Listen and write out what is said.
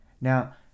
Now